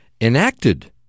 enacted